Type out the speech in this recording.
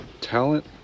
talent